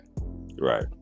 Right